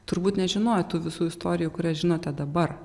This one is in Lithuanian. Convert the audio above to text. turbūt nežinojot tų visų istorijų kurias žinote dabar